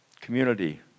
Community